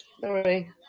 Sorry